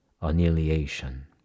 annihilation